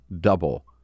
double